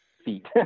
feet